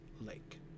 lake